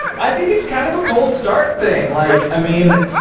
i think it's kind of a cold start thing. like i mean,